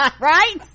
right